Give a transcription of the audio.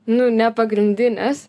nu ne pagrindinės